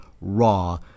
Raw